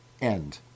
end